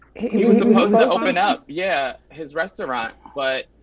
he he was supposed to open up yeah, his restaurant but,